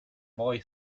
boy